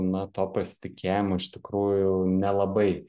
na to pasitikėjimo iš tikrųjų nelabai